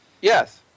Yes